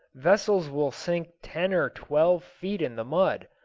vessels will sink ten or twelve feet in the mud,